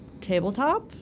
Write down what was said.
tabletop